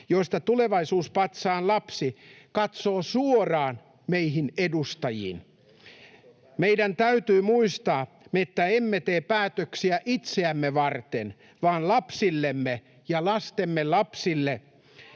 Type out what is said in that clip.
joista Tulevaisuus-patsaan lapsi katsoo suoraan meihin edustajiin. Meidän täytyy muistaa, että emme tee päätöksiä itseämme varten, vaan lapsillemme ja lastemme lapsille.